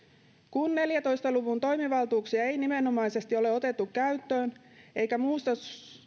kun neljäntoista luvun toimivaltuuksia ei nimenomaisesti ole otettu käyttöön eikä muusta